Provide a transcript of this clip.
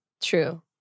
True